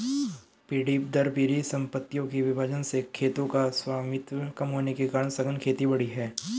पीढ़ी दर पीढ़ी सम्पत्तियों के विभाजन से खेतों का स्वामित्व कम होने के कारण सघन खेती बढ़ी है